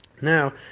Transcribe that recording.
Now